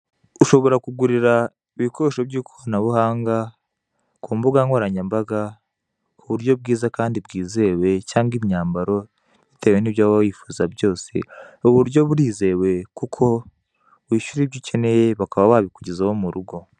Ushobora kugurira ibikoresho byikoranabuhanga kumbugankoranyambaga kuburyo bwiza kandi bwizewe cyangwa imyambaro bitewe nibyo waba wifuza byose, ubu buryo burizewe kuko wishyura ibyo ukeneye bakaba babikugezaho murugo.